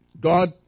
God